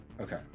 Okay